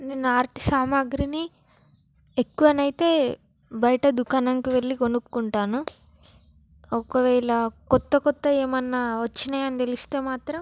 నేను ఆర్ట్ సామాగ్రిని ఎక్కువ అయితే బయట దుకాణంకి వెళ్ళి కొనుక్కుంటాను ఒకవేళ కొత్త కొత్త ఏమైనా వచ్చాయని తెలిస్తే మాత్రం